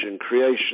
Creation